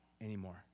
anymore